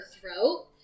throat